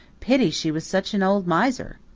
pity she was such an old miser!